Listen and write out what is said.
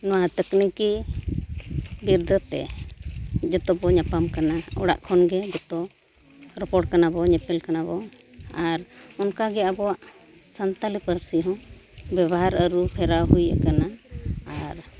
ᱱᱚᱣᱟ ᱛᱟᱹᱠᱱᱤᱠᱤ ᱵᱤᱨᱫᱟᱹᱛᱮ ᱡᱚᱛᱚᱵᱚ ᱧᱟᱯᱟᱢ ᱠᱟᱱᱟ ᱚᱲᱟᱜ ᱠᱷᱚᱱᱜᱮ ᱡᱚᱛᱚ ᱨᱚᱯᱚᱲ ᱠᱟᱱᱟᱵᱚᱱ ᱧᱮᱯᱮᱞ ᱠᱟᱱᱟᱵᱚ ᱟᱨ ᱚᱱᱠᱟᱜᱮ ᱟᱵᱚᱣᱟᱜ ᱥᱟᱱᱛᱟᱲᱤ ᱯᱟᱹᱨᱥᱤ ᱦᱚᱸ ᱵᱮᱵᱚᱦᱟᱨ ᱟᱹᱨᱩᱼᱯᱷᱮᱨᱟᱣ ᱦᱩᱭ ᱟᱠᱟᱱᱟ ᱟᱨ